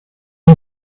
you